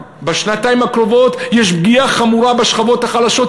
בשנתיים הקרובות יש פגיעה חמורה בשכבות חלשות,